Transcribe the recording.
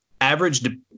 average